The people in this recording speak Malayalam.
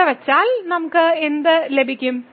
ഇവിടെ വച്ചാൽ എന്ത് സംഭവിക്കും